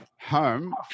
home